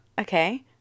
Okay